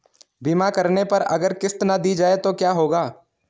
बीमा करने पर अगर किश्त ना दी जाये तो क्या होगा?